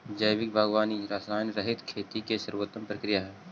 जैविक बागवानी रसायनरहित खेती के सर्वोत्तम प्रक्रिया हइ